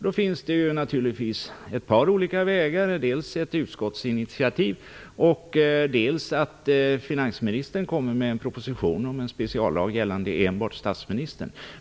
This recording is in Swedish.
Då finns det ett par olika vägar att gå: dels ett utskottsinitiativ, dels att finansministern lägger fram en proposition om en speciallag gällande enbart statsministern.